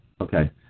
Okay